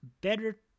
better